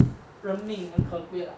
人命很可贵 lah